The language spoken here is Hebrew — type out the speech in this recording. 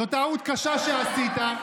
זאת טעות קשה שעשית.